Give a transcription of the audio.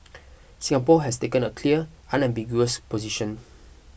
Singapore has taken a clear unambiguous position